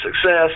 success